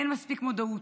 אין מספיק מודעות.